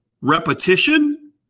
repetition